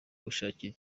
gushakira